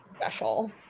special